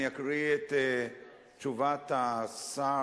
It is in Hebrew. אני אקריא את תשובת השר,